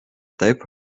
taip